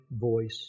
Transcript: voice